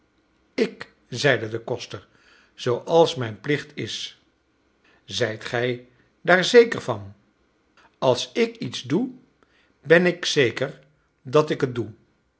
ik zeide de koster zooals mijn plicht is zijt gij daar zeker van als ik iets doe ben ik zeker dat ik het doe